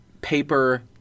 paper